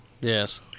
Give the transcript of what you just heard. Yes